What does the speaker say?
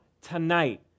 tonight